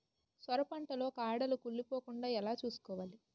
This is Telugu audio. సొర పంట లో కాడలు కుళ్ళి పోకుండా ఎలా చూసుకోవాలి?